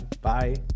bye